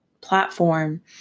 platform